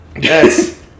Yes